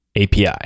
API